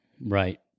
Right